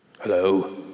Hello